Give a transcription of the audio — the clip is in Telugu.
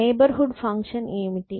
నైబర్ హుడ్ ఫంక్షన్ ఏమిటి